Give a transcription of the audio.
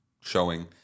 showing